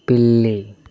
పిల్లి